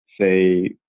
say